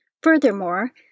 Furthermore